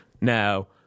Now